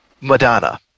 Madonna